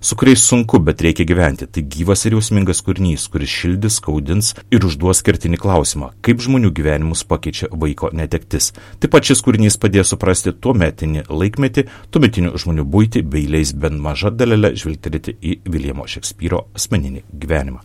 su kuriais sunku bet reikia gyventi tai gyvas ir jausmingas kūrinys kuris šildys skaudins ir užduos kertinį klausimą kaip žmonių gyvenimus pakeičia vaiko netektis taip pat šis kūrinys padės suprasti tuometinį laikmetį tuometinių žmonių buitį bei leis bent maža dalele žvilgterėti į viljamo šekspyro asmeninį gyvenimą